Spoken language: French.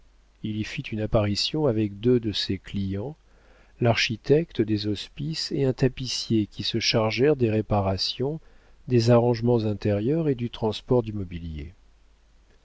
il y fit une apparition avec deux de ses clients l'architecte des hospices et un tapissier qui se chargèrent des réparations des arrangements intérieurs et du transport du mobilier